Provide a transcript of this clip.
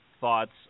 thoughts